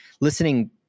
listening